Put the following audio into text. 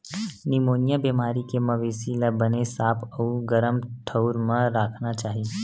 pneumonia बेमारी के मवेशी ल बने साफ अउ गरम ठउर म राखना चाही